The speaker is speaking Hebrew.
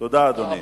תודה, אדוני.